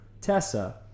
Tessa